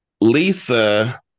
Lisa